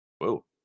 whoa